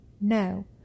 No